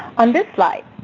on this slide,